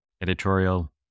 editorial